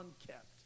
unkept